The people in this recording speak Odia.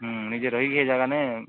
ନିଜେ ରହିକି ଜାଗାନେ